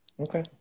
Okay